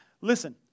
Listen